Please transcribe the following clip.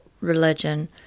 religion